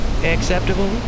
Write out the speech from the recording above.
Acceptable